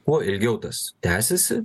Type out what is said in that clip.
kuo ilgiau tas tęsiasi